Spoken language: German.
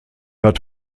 hat